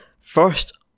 first